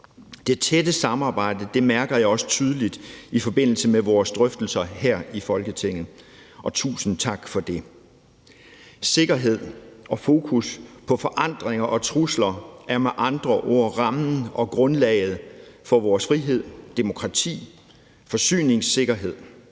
Det tætte samarbejde mærker jeg også tydeligt i forbindelse med vores drøftelser her i Folketinget, og tusind tak for det. Sikkerhed og fokus på forandringer og trusler er med andre ord rammen og grundlaget for vores frihed, demokrati, forsyningssikkerhed.